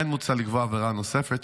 כן מוצע לקבוע עבירה נוספת,